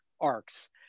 arcs